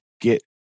get